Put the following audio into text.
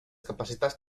capacitats